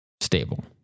stable